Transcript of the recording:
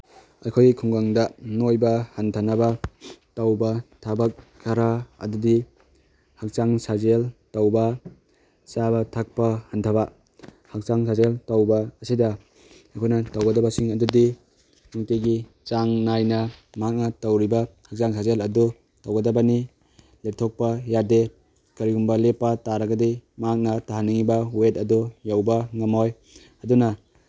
ꯑꯩꯈꯣꯏꯒꯤ ꯈꯨꯡꯒꯪꯗ ꯅꯣꯏꯕ ꯍꯟꯊꯅꯕ ꯇꯧꯕ ꯊꯕꯛ ꯈꯔ ꯑꯗꯨꯗꯤ ꯍꯛꯆꯥꯡ ꯁꯥꯖꯦꯜ ꯇꯧꯕ ꯆꯥꯕ ꯊꯛꯄ ꯍꯟꯊꯕ ꯍꯛꯆꯥꯡ ꯁꯥꯖꯦꯜ ꯇꯧꯕ ꯑꯁꯤꯗ ꯑꯩꯈꯣꯏꯅ ꯇꯧꯒꯗꯕꯁꯤꯡ ꯑꯗꯨꯗꯤ ꯅꯨꯡꯇꯤꯒꯤ ꯆꯥꯡ ꯅꯥꯏꯅ ꯃꯍꯥꯛꯅ ꯇꯧꯔꯤꯕ ꯍꯛꯆꯥꯡ ꯁꯥꯖꯦꯜ ꯑꯗꯨ ꯇꯧꯒꯗꯕꯅꯤ ꯂꯦꯞꯊꯣꯛꯄ ꯌꯥꯗꯦ ꯀꯔꯤꯒꯨꯝꯕ ꯂꯦꯞꯄ ꯇꯥꯔꯒꯗꯤ ꯃꯍꯥꯛꯅ ꯇꯥꯍꯟꯅꯤꯡꯉꯤꯕ ꯋꯦꯠ ꯑꯗꯨ ꯌꯧꯕ ꯉꯝꯃꯣꯏ ꯑꯗꯨꯅ